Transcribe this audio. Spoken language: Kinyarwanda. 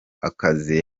akazi